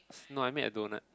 no I made a doughnut